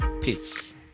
Peace